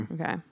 Okay